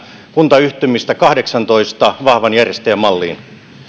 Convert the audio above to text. kuntayhtymistä kahdeksantoista vahvan järjestäjän malliin